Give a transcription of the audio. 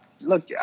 Look